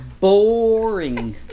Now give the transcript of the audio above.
boring